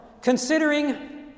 Considering